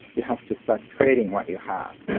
you have to start trading what you have.